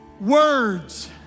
words